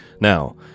Now